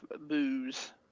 booze